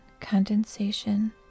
condensation